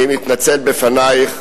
אני מתנצל בפנייך,